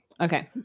Okay